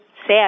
sad